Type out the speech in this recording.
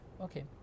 Okay